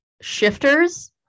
shifters